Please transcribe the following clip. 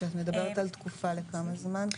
כשאת מדברת על תקופה, לכמה זמן?